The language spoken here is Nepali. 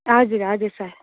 हजुर हजुर सर